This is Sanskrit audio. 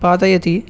पातयति